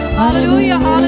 hallelujah